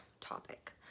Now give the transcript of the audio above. topic